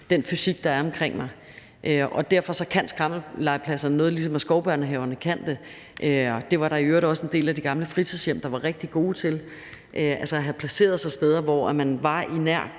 den fysik, der er omkring en. Derfor kan skrammellegepladserne noget, ligesom skovbørnehaverne kan. Det var der i øvrigt også en del af de gamle fritidshjem, der var rigtig gode til, altså at få sig placeret på steder, hvor man var i nær